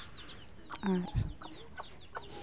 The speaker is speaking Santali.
ᱟᱨ